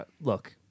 look